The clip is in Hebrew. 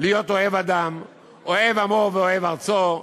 להיות אוהב אדם, אוהב עמו ואוהב ארצו,